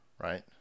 right